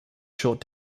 short